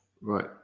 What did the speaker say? right